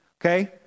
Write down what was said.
Okay